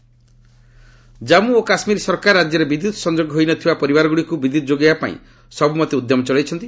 border electrification Jammu ଓ କାଶ୍ମୀର ସରକାର ରାଜ୍ୟରେ ବିଦ୍ୟୁତ୍ ସଂଯୋଗ ହୋଇନଥିବା ପରିବାରଗୁଡ଼ିକୁ ବିଦ୍ୟୁତ୍ ଯୋଗାଇଦେବା ପାଇଁ ସବୁମତେ ଉଦ୍ୟମ ଚଳାଇଛନ୍ତି